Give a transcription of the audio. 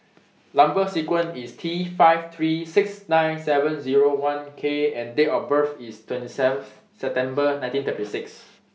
Number sequence IS T five three six nine seven Zero one K and Date of birth IS twenty seven September nineteen thirty six